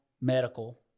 medical